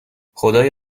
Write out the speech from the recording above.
خدای